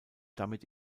damit